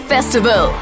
Festival